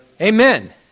Amen